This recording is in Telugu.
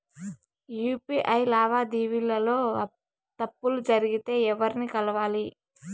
యు.పి.ఐ లావాదేవీల లో తప్పులు జరిగితే ఎవర్ని కలవాలి?